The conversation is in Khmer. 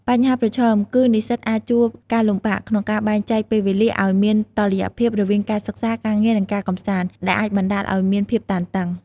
បញ្ហាប្រឈមគឺនិស្សិតអាចជួបការលំបាកក្នុងការបែងចែកពេលវេលាឲ្យមានតុល្យភាពរវាងការសិក្សា ការងារ និងការកម្សាន្ត ដែលអាចបណ្ដាលឲ្យមានភាពតានតឹង។